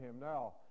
Now